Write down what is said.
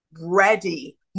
ready